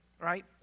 right